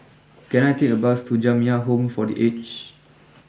can I take a bus to Jamiyah Home for the Aged